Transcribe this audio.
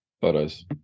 photos